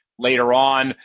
later on,